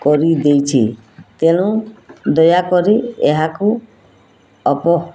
କରିଦେଇଛି ତେଣୁ ଦୟାକରି ଏହାକୁ ଅବ